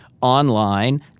online